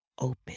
open